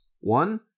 One